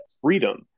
freedom